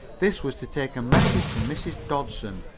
this was to take a message to mrs. dodson,